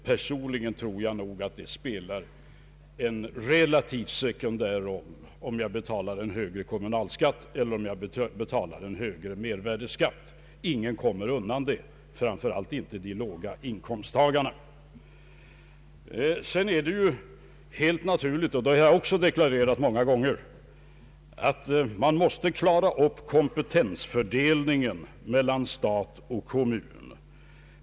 Personligen tror jag att det spelar en relativt sekundär roll, om jag betalar en högre kommunalskatt eller om jag betalar en högre mervärdeskatt. Ingen kommer undan, framför allt inte låginkomsttagarna. Vidare är det nödvändigt — det har jag också deklarerat många gånger — att klara ut kompetensfördelningen mellan stat och kommun.